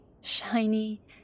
shiny